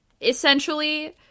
essentially